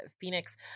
Phoenix